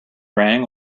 rang